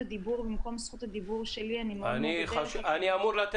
הדיבור במקום זכות הדיבור שלי אני מאוד אודה לך.